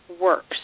works